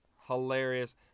hilarious